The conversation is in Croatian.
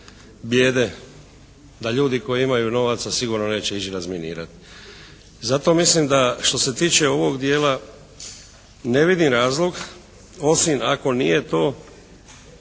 da ljudi koji imaju novaca sigurno neće ići razminirati. Zato mislim da što se tiče ovog dijela ne vidim razlog osim ako nije to